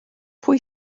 pwy